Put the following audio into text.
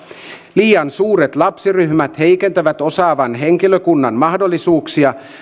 liian suuret lapsiryhmät heikentävät osaavan henkilökunnan mahdollisuuksia